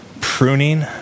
pruning